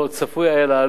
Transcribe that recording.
צפוי היה לעלות,